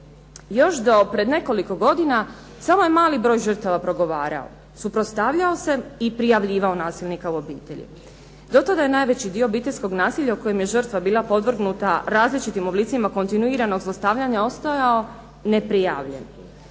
Još do pred nekoliko godina samo je mali broj žrtava progovarao, suprotstavljao se i prijavljivao nasilnika u obitelji. Do sada je najveći dio obiteljskog nasilja u kojem je žrtva bila podvrgnuta različitim oblicima kontinuiranog zlostavljanja ostajao neprijavljen.